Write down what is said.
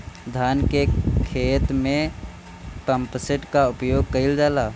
धान के ख़हेते में पम्पसेट का उपयोग कइल जाला?